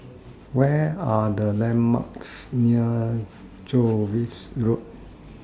What Are The landmarks near Jervois Road